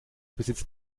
besitzt